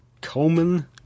Coleman